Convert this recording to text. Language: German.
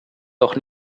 doch